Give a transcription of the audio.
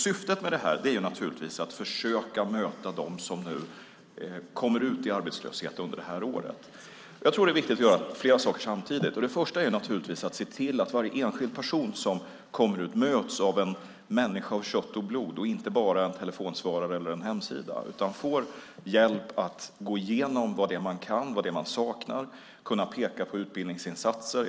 Syftet är naturligtvis att försöka möta dem som kommer ut i arbetslöshet under detta år. Jag tror att det är viktigt att göra flera saker samtidigt. Det första är att se till att varje enskild person som kommer till Arbetsförmedlingen möts av en människa av kött och blod, inte bara av en telefonsvarare eller hemsida. Det är viktigt att man får hjälp med att gå igenom vad man kan och vad man saknar, att peka på utbildningsinsatser.